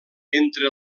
entre